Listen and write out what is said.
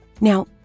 Now